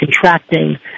contracting